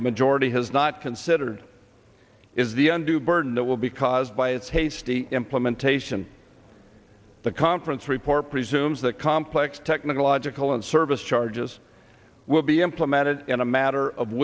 the majority has not considered is the end to burden that will be caused by its hasty implementation the conference report presumes that complex technical logical and service charges will be implemented in a matter of